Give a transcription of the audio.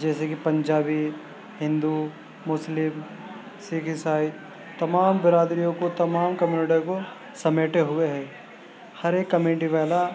جیسےکہ پنجابی ہندو مسلم سکھ عیسائی تمام برادریوں کو تمام کمیونٹیوں کو سمیٹے ہوئے ہے ہر ایک کمیونٹی والا